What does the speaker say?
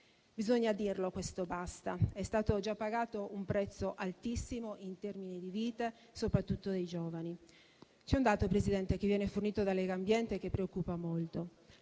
Bisogna dirlo e basta. È stato già pagato un prezzo altissimo in termini di vite, soprattutto dei giovani. C'è un dato, Presidente, fornito da Legambiente che preoccupa molto: